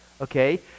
okay